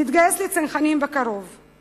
המתגייס בקרוב לצנחנים.